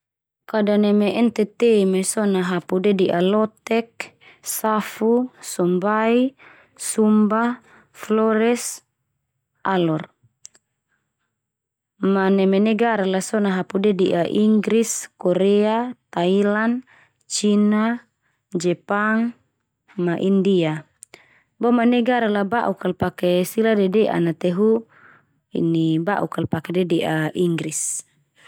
Kada neme NTT mai so na hapu dede'a Lotek, Safu, Sombai, Sumba, Flores, Alor. Ma neme negara la so na hapu dede'a Inggris, Korea, Thailand, China, Jepang, ma India. Boma negara la ba'uk kal pake sila dede'an na te hu ba'un na pake dede'a Inggris.